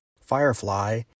Firefly